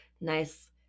nice